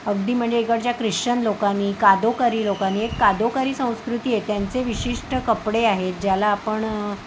अगदी म्हणजे इकडच्या क्रिश्चन लोकांनी कातकरी लोकांनी एक कातकरी संस्कृती आहे त्यांचे विशिष्ट कपडे आहेत ज्याला आपण